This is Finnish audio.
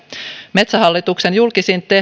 metsähallituksen julkisiin